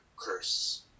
curse